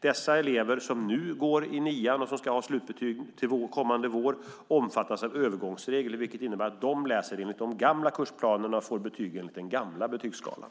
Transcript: De elever som nu går i årskurs 9 och ska ha slutbetyg kommande vår omfattas av övergångsregler, vilket innebär att de läser enligt de gamla kursplanerna och får betyg enligt den gamla betygsskalan.